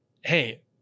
hey